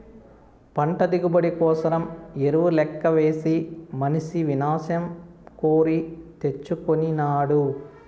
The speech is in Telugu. పంట దిగుబడి కోసరం ఎరువు లెక్కవేసి మనిసి వినాశం కోరి తెచ్చుకొనినాడు